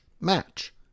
match